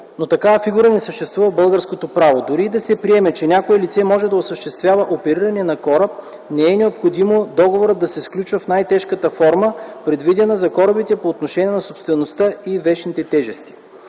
но такава фигура не съществува в българското право. Дори и да се приеме, че някое лице може да осъществява опериране на кораб, не е необходимо договорът да се сключва в най-тежката форма, предвидена за корабите по отношение на собствеността и вещните тежести.